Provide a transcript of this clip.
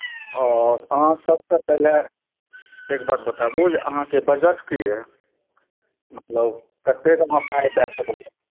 ओ तऽ अहाँ सबसँ पहिले एक बात बताबु जे अहाँके बजट की अइ मतलब कतेक अहाँ पाइ दए सकबै